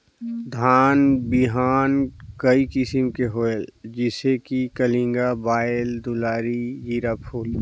धान बिहान कई किसम के होयल जिसे कि कलिंगा, बाएल दुलारी, जीराफुल?